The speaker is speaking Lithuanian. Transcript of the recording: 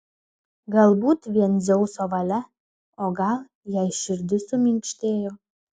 galbūt vien dzeuso valia o gal jai širdis suminkštėjo